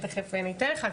ותיכף ניתן לך,